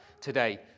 today